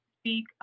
speak